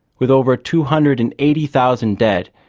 with over two hundred and eighty thousand dead,